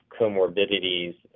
comorbidities